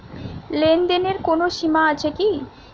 লেনদেনের কোনো সীমা আছে কি?